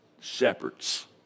shepherds